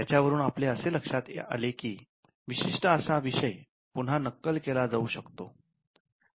त्याच्या वरून आपले असे लक्षात आले की विशिष्ट असा विषय पुन्हा नक्कल केला जाऊ शकतो